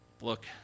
Look